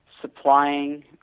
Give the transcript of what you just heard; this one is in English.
supplying